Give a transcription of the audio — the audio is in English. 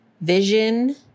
Vision